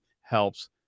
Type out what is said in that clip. helps